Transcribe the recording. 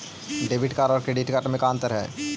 Debit card और credit card में अन्तर है?